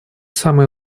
самая